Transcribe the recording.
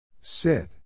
Sit